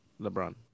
LeBron